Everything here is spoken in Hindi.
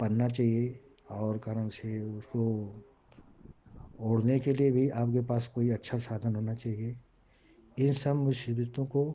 पहनना चाहिये और कारण से वो उसको ओढ़ने के लिए भी आपके पास कोई अच्छा साधन होना चाहिये इन सब मुसीबतों को